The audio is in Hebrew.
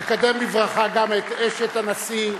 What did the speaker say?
נקדם בברכה גם את אשת הנשיא,